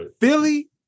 Philly